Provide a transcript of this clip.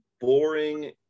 boring